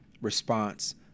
response